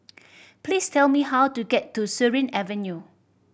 please tell me how to get to Surin Avenue